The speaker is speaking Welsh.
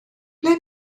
ble